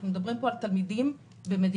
אנחנו מדברים פה על תלמידים במדינת